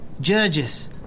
Judges